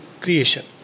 creation